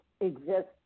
exist